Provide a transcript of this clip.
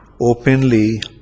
openly